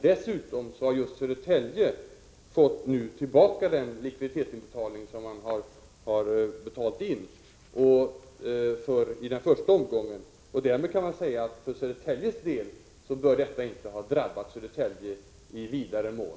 Dessutom har just Södertälje fått tillbaka den likviditetsinbetalning som man betalat in förut i första omgången. Därmed kan man säga att Södertälje inte drabbats i vidare mån.